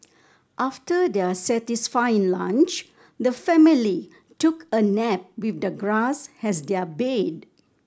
after their satisfying lunch the family took a nap with the grass as their bed